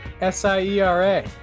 S-I-E-R-A